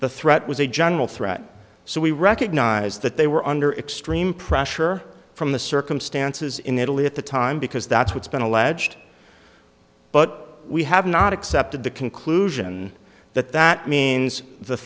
the threat was a general threat so we recognize that they were under extreme pressure from the circumstances in italy at the time because that's what's been alleged but we have not accepted the conclusion that that means the